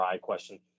question